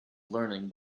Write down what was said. learning